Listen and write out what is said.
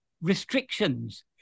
restrictions